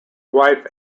wife